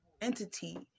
entity